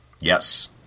Yes